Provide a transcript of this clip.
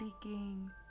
Speaking